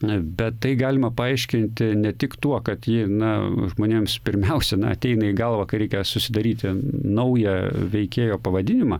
na bet tai galima paaiškinti ne tik tuo kad ji na žmonėms pirmiausia na ateina į galvą kai reikia susidaryti naują veikėjo pavadinimą